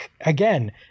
again